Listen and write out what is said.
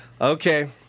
Okay